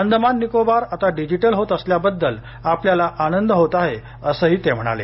अंदमान निकोबार आता डिजिटल होत असल्याबद्दल आपल्याला आनंद होत आहे असंही ते म्हणाले